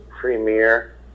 premier